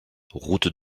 route